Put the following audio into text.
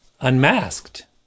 unmasked